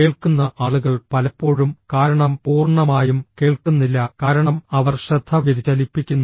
കേൾക്കുന്ന ആളുകൾ പലപ്പോഴും കാരണം പൂർണ്ണമായും കേൾക്കുന്നില്ല കാരണം അവർ ശ്രദ്ധ വ്യതിചലിപ്പിക്കുന്നു